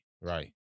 right